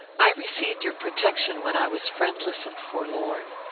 i received your protection when i was friendless and forlorn.